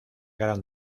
gran